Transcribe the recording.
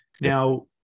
Now